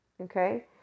okay